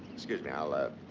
excuse me. i'll, ah,